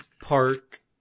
park